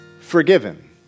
forgiven